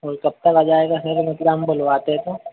और कब तक आ जाएगा सर हमें पूरा हम बोलवाते तो